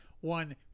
one